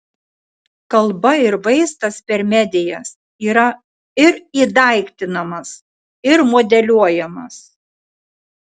kalba ir vaizdas per medijas yra ir įdaiktinamas ir modeliuojamas